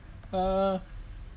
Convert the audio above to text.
uh